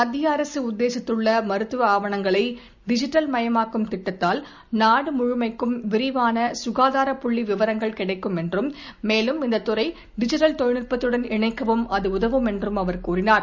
மத்திய அரசு உத்தேசித்துள்ள மருத்துவ ஆவணங்களை டிஜிட்டல் மயமாக்கும் திட்டத்தால் நாடுமுழுமைக்கும் விரிவான சுகாதார புள்ளி விவரங்கள் கிடைக்கும் என்றும் மேலும் இந்த துறை டிஜிட்டல் தொழில்நுட்பத்துடன் இணைக்கவும் அது உதவும் என்றும் அவர் கூறினார்